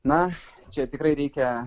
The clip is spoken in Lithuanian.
na čia tikrai reikia